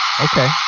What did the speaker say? Okay